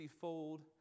fold